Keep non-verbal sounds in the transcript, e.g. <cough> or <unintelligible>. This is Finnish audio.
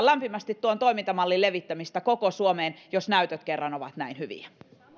<unintelligible> lämpimästi tuon toimintamallin levittämistä koko suomeen jos näytöt kerran ovat näin hyviä